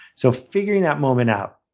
so figuring that moment out.